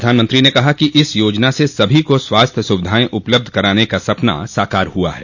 प्रधानमंत्री ने कहा कि इस योजना से सभी को स्वास्थ्य सुविधाएं उपलब्ध कराने का सपना साकार हुआ है